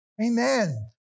Amen